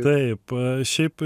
taip šiaip